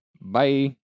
Bye